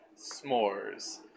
s'mores